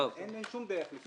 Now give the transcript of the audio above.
אין שום דרך לפתור את זה.